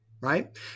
right